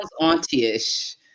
auntie-ish